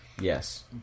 Yes